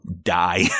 die